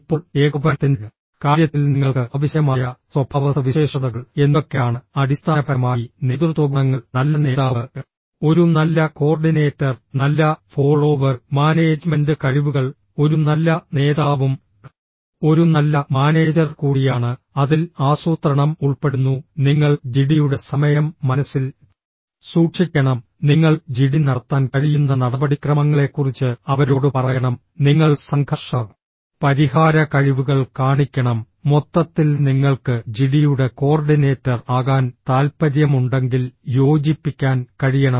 ഇപ്പോൾ ഏകോപനത്തിന്റെ കാര്യത്തിൽ നിങ്ങൾക്ക് ആവശ്യമായ സ്വഭാവസവിശേഷതകൾ എന്തൊക്കെയാണ് അടിസ്ഥാനപരമായി നേതൃത്വഗുണങ്ങൾ നല്ല നേതാവ് ഒരു നല്ല കോർഡിനേറ്റർ നല്ല ഫോളോവർ മാനേജ്മെന്റ് കഴിവുകൾ ഒരു നല്ല നേതാവും ഒരു നല്ല മാനേജർ കൂടിയാണ് അതിൽ ആസൂത്രണം ഉൾപ്പെടുന്നു നിങ്ങൾ ജിഡിയുടെ സമയം മനസ്സിൽ സൂക്ഷിക്കണം നിങ്ങൾ ജിഡി നടത്താൻ കഴിയുന്ന നടപടിക്രമങ്ങളെക്കുറിച്ച് അവരോട് പറയണം നിങ്ങൾ സംഘർഷ പരിഹാര കഴിവുകൾ കാണിക്കണം മൊത്തത്തിൽ നിങ്ങൾക്ക് ജിഡിയുടെ കോർഡിനേറ്റർ ആകാൻ താൽപ്പര്യമുണ്ടെങ്കിൽ യോജിപ്പിക്കാൻ കഴിയണം